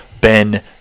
Ben